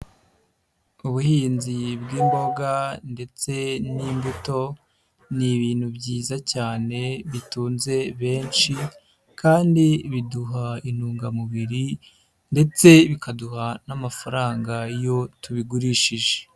Ubuhinzi bw'imboga ndetse n'imbuto ni ibintu byiza cyane bitunze benshi kandi biduha intungamubiri ndetse bikaduha n'amafaranga iyo tubigurishije.